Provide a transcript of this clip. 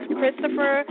Christopher